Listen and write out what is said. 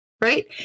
Right